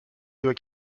doit